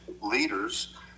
Leaders